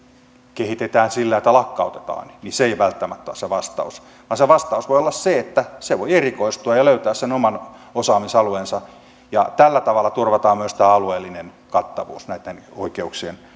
kehitetään sillä että lakkautetaan se ei aina välttämättä ole se vastaus se vastaus voi olla se että se voi erikoistua ja löytää sen oman osaamisalueensa ja tällä tavalla turvataan myös tämä alueellinen kattavuus näitten oikeuksien